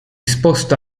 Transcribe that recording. sposta